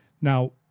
Now